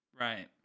right